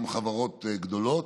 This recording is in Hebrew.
גם חברות גדולות,